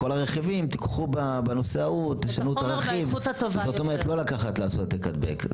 בכל הרכיבים: בנושא ההוא תשנו את הרכיב כלומר לא לעשות העתק הדבק.